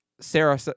Sarah